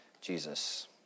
Jesus